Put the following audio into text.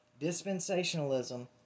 Dispensationalism